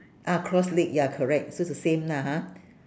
ah cross leg ya correct so it's the same lah ha